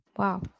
Wow